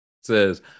Says